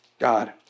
God